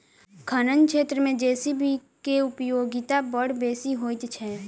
खनन क्षेत्र मे जे.सी.बी के उपयोगिता बड़ बेसी होइत छै